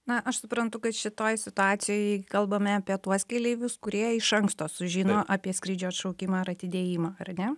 na aš suprantu kad šitoj situacijoj kalbame apie tuos keleivius kurie iš anksto sužino apie skrydžio atšaukimą ar atidėjimą ar ne